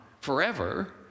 forever